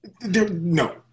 No